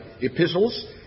epistles